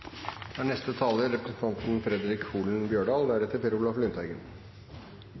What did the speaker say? Da har representanten Per Olaf Lundteigen